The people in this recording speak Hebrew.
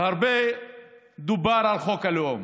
הרבה דובר על חוק הלאום